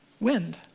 Wind